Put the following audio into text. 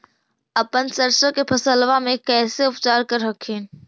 अपन सरसो के फसल्बा मे कैसे उपचार कर हखिन?